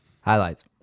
highlights